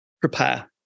Prepare